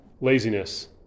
laziness